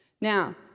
Now